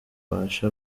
benshi